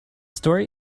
story